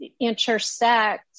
intersect